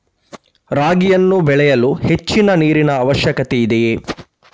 ರಾಗಿಯನ್ನು ಬೆಳೆಯಲು ಹೆಚ್ಚಿನ ನೀರಿನ ಅವಶ್ಯಕತೆ ಇದೆಯೇ?